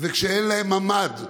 ואין להם ממ"ד בביתם,